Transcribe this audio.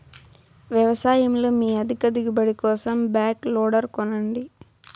వ్యవసాయంలో మీ అధిక దిగుబడి కోసం బ్యాక్ లోడర్ కొనండి